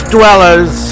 Dwellers